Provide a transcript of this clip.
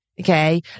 Okay